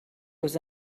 was